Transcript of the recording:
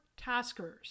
taskers